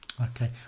Okay